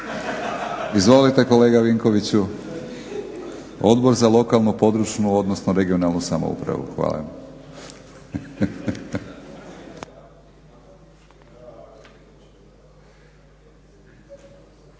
Izvolite kolega Vinkoviću. Odbor za lokalnu, područnu, odnosno regionalnu samoupravu. Hvala.